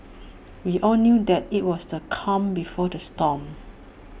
we all knew that IT was the calm before the storm